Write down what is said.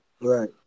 Right